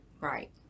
Right